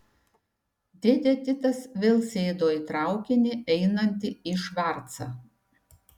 dėdė titas vėl sėdo į traukinį einantį į švarcą